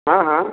ହଁ ହଁ